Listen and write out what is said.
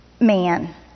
Man